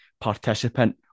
participant